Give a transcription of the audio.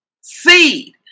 Seed